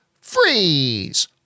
freeze